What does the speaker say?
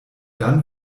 dann